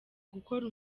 gukora